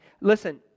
listen